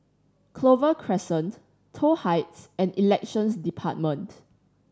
Clover Crescent Toh Heights and Elections Department